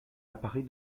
apparait